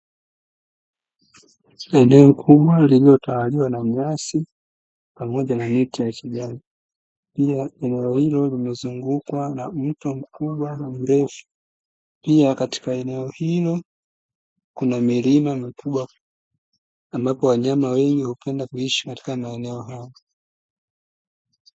Eneo kubwa lililotawaliwa na nyasi pamoja na miti ya kijani. Pia eneo hilo limezungukwa na mto mkubwa mrefu. Pia katika eneo hilo kuna milima mikubwa ambapo wanyama wengi hupenda kuishi katika maeneo hayo.